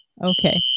okay